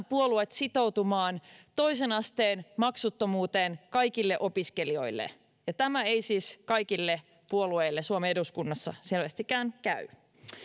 puolueita sitoutumaan toisen asteen maksuttomuuteen kaikille opiskelijoille ja tämä ei siis kaikille puolueille suomen eduskunnassa selvästikään käy